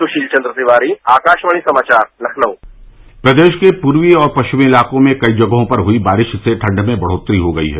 सुशीलचन्द्र तिवारी आकाशवाणी समाचार लखनऊ प्रदेश के पूर्वी और पश्चिमी इलाकों में कई जगहों पर हुई बारिश से ठंड में बढ़ोत्तरी हो गई है